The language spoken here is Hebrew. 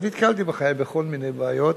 ונתקלתי בחיי בכל מיני בעיות,